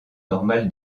normal